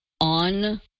on